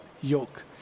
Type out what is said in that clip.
yoke